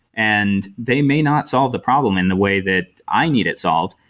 and they may not solve the problem in the way that i need it solved.